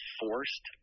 forced